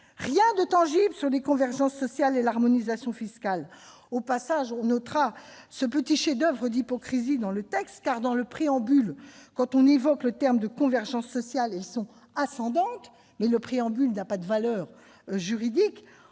Rien de tangible sur les convergences sociales et l'harmonisation fiscale. Au passage, on notera quel petit chef-d'oeuvre d'hypocrisie constitue ce texte dont le préambule évoque la notion de « convergence sociale ascendante »,... mais le préambule n'a pas de valeur juridique